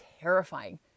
terrifying